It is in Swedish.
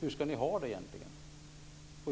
Hur ska ni ha det egentligen?